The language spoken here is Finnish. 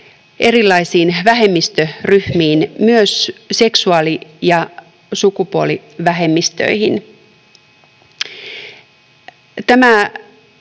erilaisiin vähemmistöryhmiin, myös seksuaali‑ ja sukupuolivähemmistöihin.